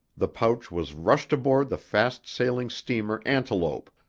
the pouch was rushed aboard the fast sailing steamer antelope,